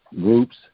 groups